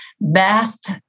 Best